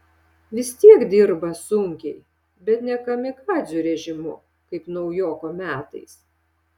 vis tiek dirba sunkiai bet ne kamikadzių režimu kaip naujoko metais